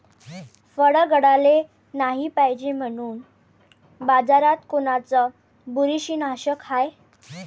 फळं गळाले नाही पायजे म्हनून बाजारात कोनचं बुरशीनाशक हाय?